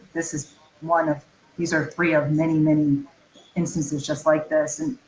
this is one of these are three of many, many instances just like this, and